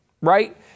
right